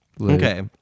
Okay